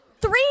Three